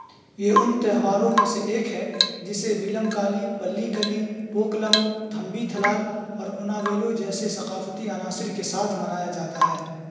یہ ان تہواروں میں سے ایک ہے جسے ویلم کالی پلی کلی پوکلم تھمبی تھلال اور اوناویلو جیسے ثقافتی عناصر کے ساتھ منایا جاتا ہے